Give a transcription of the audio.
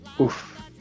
Oof